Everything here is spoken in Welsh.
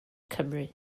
cymru